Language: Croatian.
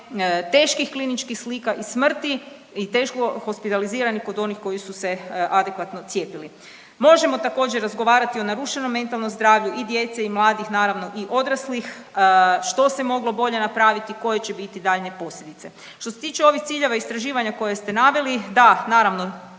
teških kliničkih slika i smrti i teško hospitaliziranih kod onih koji su se adekvatno cijepili. Možemo također razgovarati o narušenom mentalnom zdravlju i djece i mladih, naravno i odraslih. Što se moglo bolje napraviti, koje će biti daljnje posljedice? Što se tiče ovih ciljeva istraživanja koje ste naveli, da naravno,